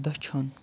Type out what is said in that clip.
دٔچھُن